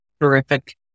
Terrific